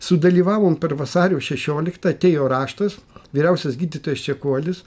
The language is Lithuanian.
sudalyvavom per vasario šešioliktą atėjo raštas vyriausias gydytojas čekuolis